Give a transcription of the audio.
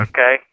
Okay